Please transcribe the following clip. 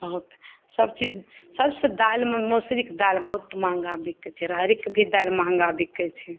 बहुत सभचीज सभसँ दालिमे मसुरीके दालि बहुत महँगा बिकै छै राहरिक भी दालि महँगा बिकै छै